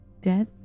death